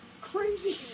Crazy